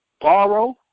Borrow